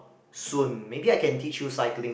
soon maybe I can teach you cycling